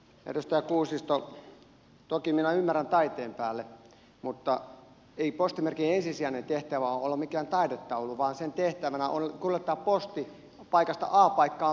edustaja kuusisto toki minä ymmärrän taiteen päälle mutta ei postimerkin ensisijainen tehtävä ole olla mikään taidetaulu vaan sen tehtävänä on kuljettaa posti paikasta a paikkaan b